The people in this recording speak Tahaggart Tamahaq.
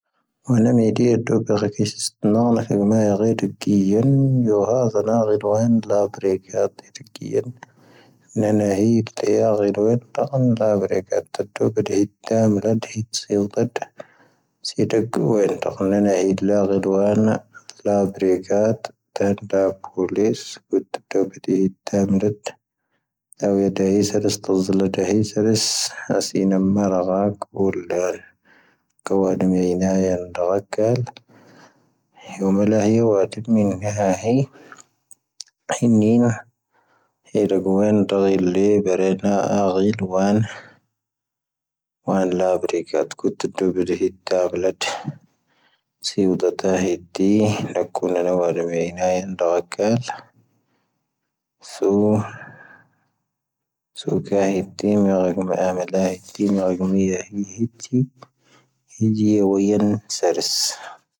ⵏⴳⵀⴰ ⵀⵉ. ⵀⵉⵢⵓⵎⴰⵍⴰⵀⵉ ⵡⴰⴰⴷⵉⴱ ⵎⵉⵏⴳⵀⴰ ⵀⵉ. ⵀⵉⵏⵉ. ⵀⵉⵢⵓ ⴷⴰⴳo ⵎⴰⵏⵏ ⴷⴳⵉⵍ ⵍⵉ. ⴱⴻⵔⴻⵏⴰ ⴰⵇⵉⵍ ⵡⴰⵏ. ⵡⴰⵏ. ⵍⴰⴰⴱⵔⵉⴽⴰⵜ ⴽⵓⵜⴰⴷⵓ ⴱⵉⴷⴻ ⵀⵉ. ⵜⴰⴰⴱⵉⵍⴰⵜ. ⵙⵉⵡⴷⴰⵜⴰ ⵀⵉ ⵜⵉ. ⵏⴰⴽⵓⵏⴰⵏⴰⵡⴰ ⴷⵉⵎ ⵀⵉ ⵏⴳⵀⴰ ⵀⵉ. ⵏⴳⵀⴰ ⵀⵉ. ⵙⵓ. ⵙⵓ ⴽⴰⵀⵉ ⵜⵉ. ⵎⵉⵏⴳⵀⴰ ⵀⵉ ⵜⵉ. ⵀⵉ ⴷⴳⵉⵍ ⵍⵉ. ⵏⴳⵀⴰ ⵀⵉ.